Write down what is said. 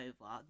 over